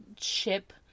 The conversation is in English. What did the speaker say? Ship